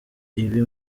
ibi